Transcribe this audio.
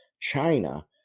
china